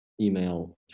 email